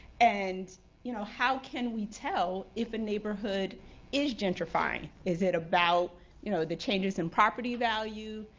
and you know how can we tell if a neighborhood is gentrifying? is it about you know the changes in property value?